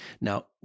Now